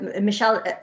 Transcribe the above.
Michelle